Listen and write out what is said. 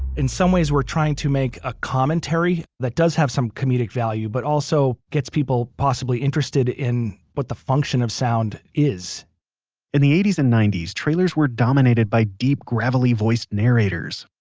in some ways we're trying to make a commentary that does have some comedic value but also gets people possibly interested in what the function of sound is in the eighty s and ninety s trailers were dominated by deep gravelly voiced narrators.